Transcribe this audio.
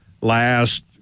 last